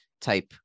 type